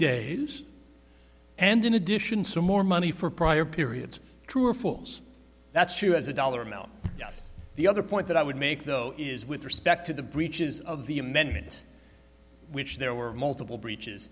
days and in addition some more money for prior periods true or false that's true as a dollar amount yes the other point that i would make though is with respect to the breaches of the amendment which there were multiple breaches